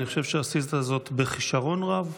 אני חושב שעשית זאת בכישרון רב,